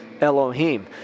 Elohim